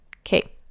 okay